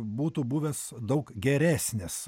būtų buvęs daug geresnis